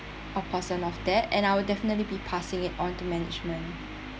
a person of that and I will definitely be passing it on to management